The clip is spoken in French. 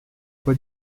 pas